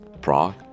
Prague